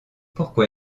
pourquoi